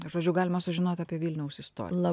žodžiu galima sužinoti apie vilniaus istoriją